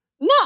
no